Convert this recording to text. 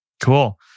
cool